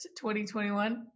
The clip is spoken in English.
2021